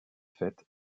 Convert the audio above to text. fait